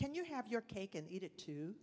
sen you have your cake and eat it too